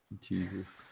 Jesus